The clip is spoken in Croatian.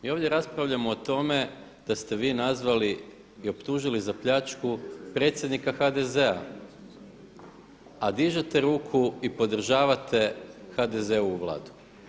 Mi ovdje raspravljamo o tome da ste vi nazvali i optužili za pljačku predsjednika HDZ-a, a dižete ruku i podržavate HDZ-ovu vladu.